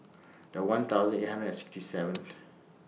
The one thousand eight hundred and sixty seventh